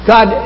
God